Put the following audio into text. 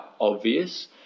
obvious